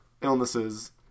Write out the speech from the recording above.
illnesses